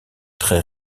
très